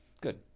Good